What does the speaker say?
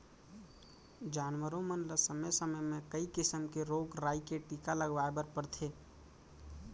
जानवरों मन ल समे समे म कई किसम के रोग राई के टीका लगवाए बर परथे